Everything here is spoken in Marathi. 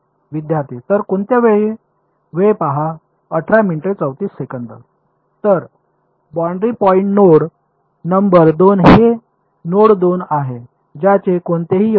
विद्यार्थी तर कोणत्या वेळी तर बाऊंडरी पॉईंट नोड नंबर 2 हे नोड 2 आहे ज्याचे कोणतेही योगदान नाही